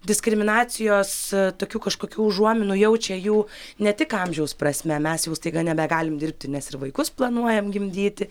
diskriminacijos tokių kažkokių užuominų jaučia jų ne tik amžiaus prasme mes jau staiga nebegalim dirbti nes ir vaikus planuojam gimdyti